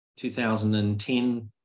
2010